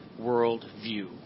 worldview